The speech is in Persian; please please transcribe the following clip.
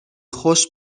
خوش